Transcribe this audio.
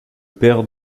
père